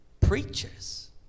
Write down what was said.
preachers